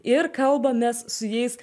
ir kalbamės su jais